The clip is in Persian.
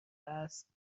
است